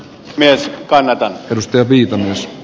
mies kanadaan ystäviin jos